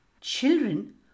Children